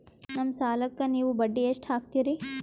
ನಮ್ಮ ಸಾಲಕ್ಕ ನೀವು ಬಡ್ಡಿ ಎಷ್ಟು ಹಾಕ್ತಿರಿ?